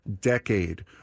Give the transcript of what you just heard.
decade